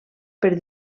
per